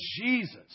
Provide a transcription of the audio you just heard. Jesus